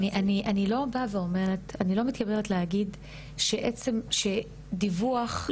אני לא באה ואומרת או מתכוונת להגיד שדיווח לא יכול לקרות.